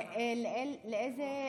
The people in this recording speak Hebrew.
לאיזו